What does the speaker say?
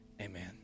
Amen